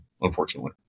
Unfortunately